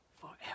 forever